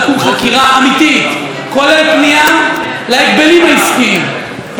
כולל פנייה להגבלים העסקיים ולכל הגורמים הרלוונטיים.